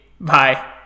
Bye